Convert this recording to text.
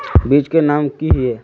बीज के नाम की हिये?